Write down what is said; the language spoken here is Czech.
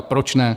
Proč ne?